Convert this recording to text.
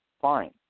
fine